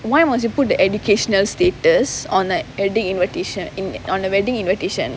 why must you put the educational status on a wedding invitation in on the wedding invitation